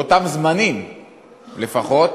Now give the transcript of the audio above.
באותם זמנים לפחות,